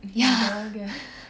if she doesn't get